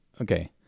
Okay